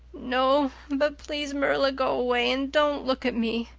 no. but please, marilla, go away and don't look at me.